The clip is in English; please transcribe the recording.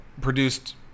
produced